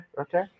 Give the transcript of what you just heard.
okay